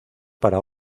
para